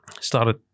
started